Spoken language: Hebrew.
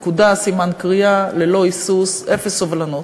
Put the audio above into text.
נקודה, סימן קריאה, ללא היסוס, אפס סובלנות.